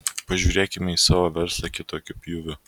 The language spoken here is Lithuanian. pažiūrėkime į savo verslą kitokiu pjūviu